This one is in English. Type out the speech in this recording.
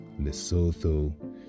Lesotho